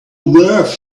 worth